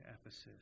Ephesus